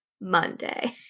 Monday